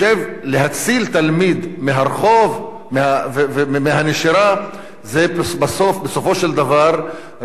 להציל תלמיד מהרחוב ומהנשירה זה בסופו של דבר רווח